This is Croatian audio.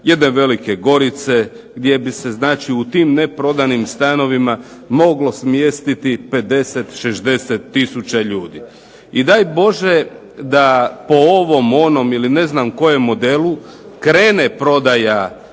jedne Velike Gorice, gdje bi se znači u tim neprodanim stanovima moglo smjestiti 50, 60 tisuća ljudi. I daj Bože da po ovom, onom ili ne znam kojem modelu krene prodaja